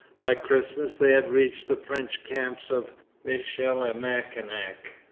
by christmas they had reached the french camps of michilimackinac.